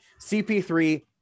CP3